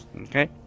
Okay